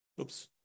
Oops